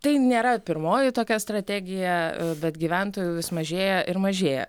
tai nėra pirmoji tokia strategija bet gyventojų vis mažėja ir mažėja